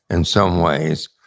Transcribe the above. in some ways.